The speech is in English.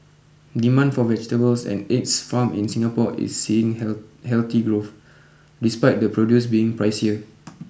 demand for vegetables and eggs farmed in Singapore is seeing healthy growth despite the produce being pricier